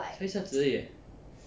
才一下子而已 eh